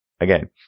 again